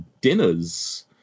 Dinners